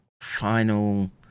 final